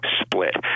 split